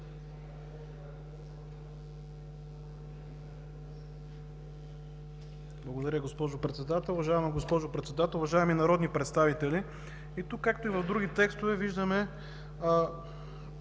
Благодаря, госпожо Председател. Уважаема госпожо Председател, уважаеми народни представители! И тук, както и в други текстове, виждаме